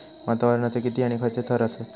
वातावरणाचे किती आणि खैयचे थर आसत?